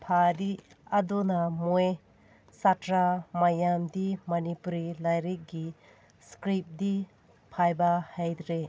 ꯐꯥꯗ꯭ꯔꯤ ꯑꯗꯨꯅ ꯃꯣꯏ ꯁꯥꯠꯇ꯭ꯔ ꯃꯌꯥꯝꯗꯤ ꯃꯅꯤꯄꯨꯔꯤ ꯂꯥꯏꯔꯤꯛꯀꯤ ꯏꯁꯀ꯭ꯔꯤꯞꯇꯤ ꯍꯥꯏꯕ ꯍꯩꯇ꯭ꯔꯤ